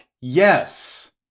Yes